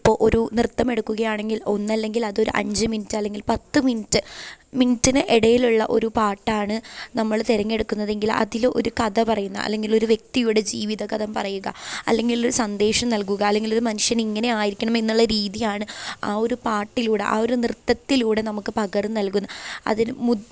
ഇപ്പോൾ ഒരു നൃത്തമെടുക്കുകയാണെങ്കിൽ ഒന്നല്ലെങ്കിൽ അതൊരു അഞ്ചു മിനിറ്റ് അല്ലെങ്കിൽ പത്തു മിനിറ്റ് മിനിറ്റിന് ഇടയിലുള്ള ഒരു പാട്ടാണ് നമ്മൾ തിരഞ്ഞെടുക്കുന്നതെങ്കിൽ അതിൽ ഒരു കഥ പറയുന്ന അല്ലെങ്കിലൊരു വ്യക്തിയുടെ ജീവിത കഥ പറയുക അല്ലെങ്കിൽ ഒരു സന്ദേശം നൽകുക അല്ലെങ്കിൽ ഒരു മനുഷ്യൻ ഇങ്ങനെയായിരിക്കണമെന്നുള്ള രീതിയാണ് ആ ഒരു പാട്ടിലൂടെ ആ ഒരു നൃത്തത്തിലൂടെ നമുക്ക് പകർന്നു നൽകുന്നത് അതിൽ